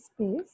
space